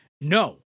No